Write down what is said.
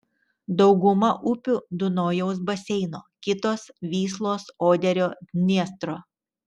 dauguma upių dunojaus baseino kitos vyslos oderio dniestro